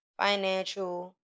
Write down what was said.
financial